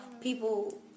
people